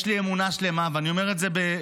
יש לי אמונה שלמה, ואני אומר את זה באמונה,